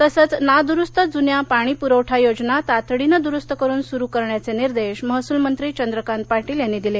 तसंच नाद्रुस्त जून्या पाणीपुरवठा योजना तातडीनं द्रुस्त करून सुरू करण्याचे निर्देश महसूलमंत्री चंद्रकांत पाटील यांनी दिले